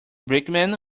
brickman